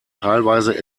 teilweise